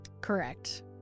Correct